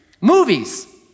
Movies